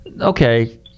okay